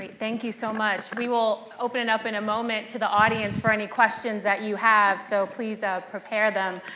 thank you so much. we will open it up in a moment to the audience for any questions that you have, so please prepare them.